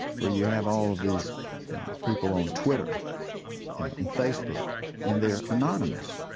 where you have all of these people on twitter and facebook and their anonymous,